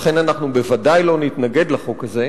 לכן אנחנו ודאי לא נתנגד לחוק הזה,